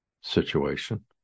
situation